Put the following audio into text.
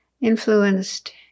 influenced